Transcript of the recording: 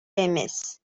эмес